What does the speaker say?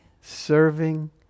serving